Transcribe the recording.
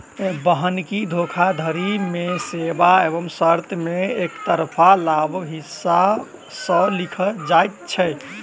बन्हकी धोखाधड़ी मे सेवा एवं शर्त मे एकतरफा लाभक हिसाब सॅ लिखल जाइत छै